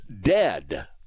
dead